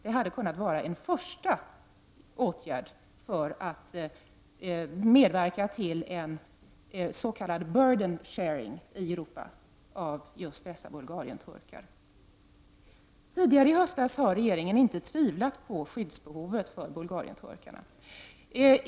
Det hade kunnat vara en första åtgärd för att medverka till en s.k. burden sharing i Europa när det gäller just dessa bulgarienturkar. Tidigare i höstas har regeringen inte tvivlat på skyddsbehovet för bulgarienturkarna.